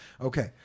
Okay